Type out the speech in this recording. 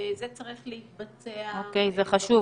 זה צריך להתבצע --- זה חשוב,